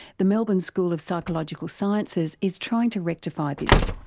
the melbourne school of psychological sciences is trying to rectify this.